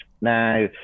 Now